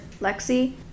Lexi